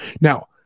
Now